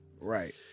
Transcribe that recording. Right